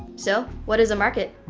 so what is a market?